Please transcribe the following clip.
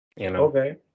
Okay